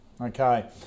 Okay